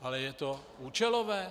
Ale je to účelové?